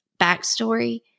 backstory